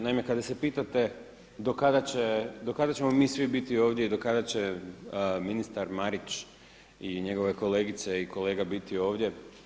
Naime kada se pitate do kada će, do kada ćemo mi svi biti ovdje i do kada će ministar Marić i njegove kolegice i kolega biti ovdje.